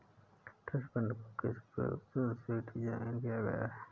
Trust fund को किस प्रयोजन से डिज़ाइन किया गया है?